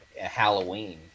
Halloween